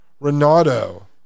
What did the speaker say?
Renato